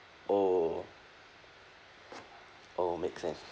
oh oh make sense